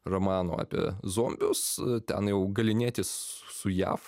romanų apie zombius ten jau galynėtis su jav